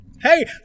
Hey